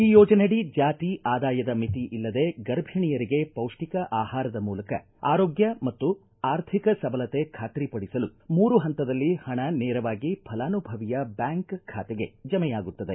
ಈ ಯೋಜನೆ ಅಡಿ ಜಾತಿ ಆದಾಯದ ಮಿತಿ ಇಲ್ಲದೇ ಗರ್ಭಿಣಿಯರಿಗೆ ಪೌಷ್ಟಿಕ ಆಹಾರದ ಮೂಲಕ ಆರೋಗ್ಯ ಮತ್ತು ಆರ್ಥಿಕ ಸಬಲತೆ ಖಾತ್ರಿ ಪಡಿಸಲು ಮೂರು ಪಂತದಲ್ಲಿ ಪಣ ನೇರವಾಗಿ ಫಲಾನುಭವಿಯ ಬ್ವಾಂಕ್ ಖಾತೆಗೆ ಜಮೆಯಾಗುತ್ತದೆ